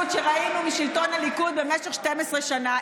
שראינו משלטון הליכוד במשך 12 שנה,